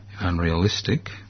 unrealistic